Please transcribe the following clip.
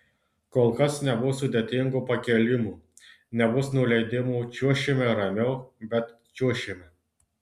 kol kas nebus sudėtingų pakėlimų nebus nuleidimų čiuošime ramiau bet čiuošime